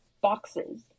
boxes